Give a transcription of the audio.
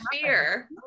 fear